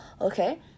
okay